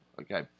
okay